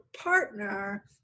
partner